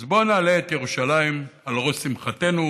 אז בואו נעלה את ירושלים על ראש שמחתנו,